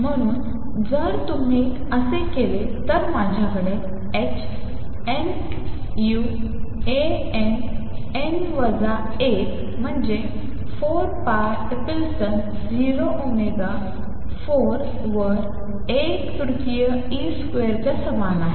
म्हणून जर तुम्ही असे केले तर माझ्याकडे h nu A n n वजा 1 म्हणजे 4 pi epsilon 0 ओमेगा 4 वर 1 तृतीय ई स्क्वेअरच्या समान आहे